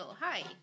Hi